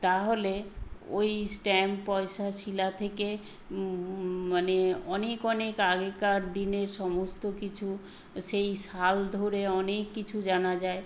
তাহলে ওই স্ট্যাম্প পয়সা শিলা থেকে মানে অনেক অনেক আগেকার দিনের সমস্ত কিছু সেই সাল ধরে অনেক কিছু জানা যায়